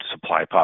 supply